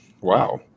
Wow